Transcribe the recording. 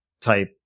type